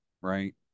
right